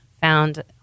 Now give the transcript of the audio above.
found